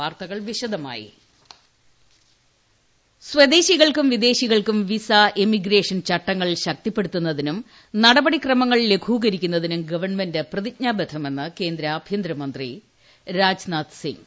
രാജ്നാഥ് സിംഗ് സ്വദേശികൾക്കും വിദേശികൾക്കും visa emigration ചട്ടങ്ങൾ ശക്തിപ്പെടുത്തുന്നതിനും നടപടിക്രമങ്ങൾ ലഘുകരിക്കുന്നതിനും ഗവൺമെന്റ് പ്രതിജ്ഞാബദ്ധമെന്ന് കേന്ദ്ര ആഭ്യന്തരമന്ത്രി രാജ്നാഥ് സിംഗ്